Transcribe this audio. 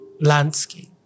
landscape